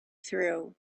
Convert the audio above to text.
through